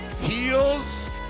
Heels